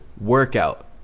workout